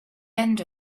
end